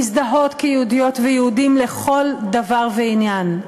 מזדהות כיהודיות ויהודים לכל דבר ועניין,